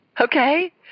Okay